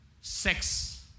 sex